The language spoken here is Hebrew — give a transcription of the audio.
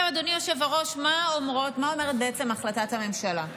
אדוני היושב-ראש, מה אומרת החלטת הממשלה?